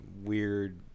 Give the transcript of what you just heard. weird